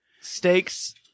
Stakes